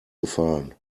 gefallen